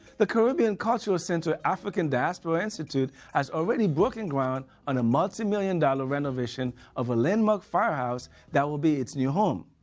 the caribbean cultural center african diaspora institute has already broken ground on a multimillion dollar renovation of a landmark firehouse that will be its new home.